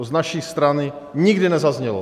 To z naší strany nikdy nezaznělo.